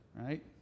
Right